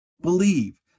believe